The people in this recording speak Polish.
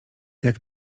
jak